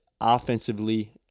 offensively